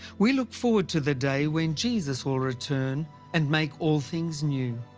we look forward to the day when jesus will return and make all things new.